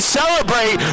celebrate